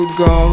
go